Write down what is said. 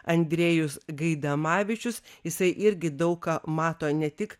andrejus gaidamavičius jisai irgi daug ką mato ne tik